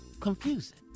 confusing